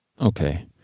Okay